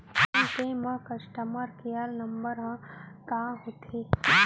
Phone पे म customer care number ह का होथे?